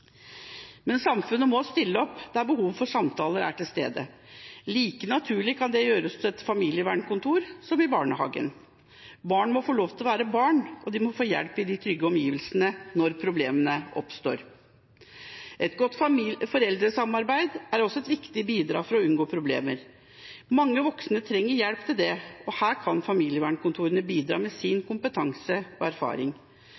Men samfunnet må stille opp der behovet for samtaler er til stede. Like naturlig kan det gjøres hos et familievernkontor som i barnehagen. Barn må få lov til å være barn, og de må få hjelp i trygge omgivelser når problemer oppstår. Et godt foreldresamarbeid er også et viktig bidrag for å unngå problemer. Mange voksne trenger hjelp til dette, og her kan familievernkontorene bidra med sin kompetanse og erfaring.